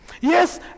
Yes